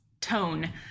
tone